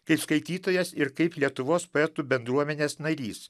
kaip skaitytojas ir kaip lietuvos poetų bendruomenės narys